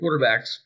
quarterbacks